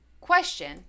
Question